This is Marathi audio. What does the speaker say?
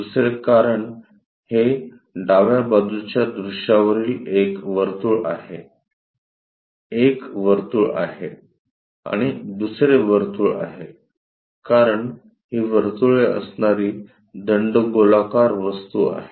दुसरे कारण हे डाव्या बाजूच्या दृश्यावरील एक वर्तुळ आहे एक वर्तुळ आहे आणि दुसरे वर्तुळ आहे कारण ही वर्तुळे असणारी दंडगोलाकार वस्तू आहे